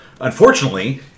unfortunately